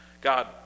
God